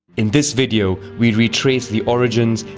in this video, we retrace the origins,